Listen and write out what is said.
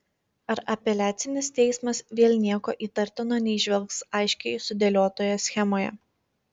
ar apeliacinis teismas vėl nieko įtartino neįžvelgs aiškiai sudėliotoje schemoje